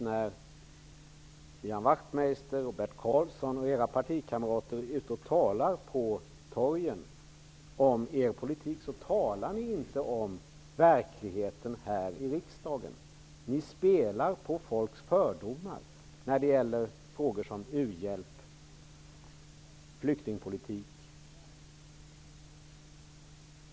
När Ian Wachtmeister, Bert Karlsson och deras partikamrater är ute och talar på torgen om sin politik talar de inte om verkligheten här i riksdagen -- det är mitt intryck. Ni spelar på folks fördomar när det gäller frågor som u-hjälp och flyktingpolitik.